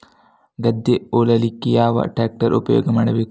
ಗದ್ದೆ ಉಳಲಿಕ್ಕೆ ಯಾವ ಟ್ರ್ಯಾಕ್ಟರ್ ಉಪಯೋಗ ಮಾಡಬೇಕು?